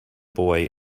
boy